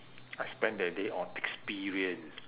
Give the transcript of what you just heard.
I spend that day on experience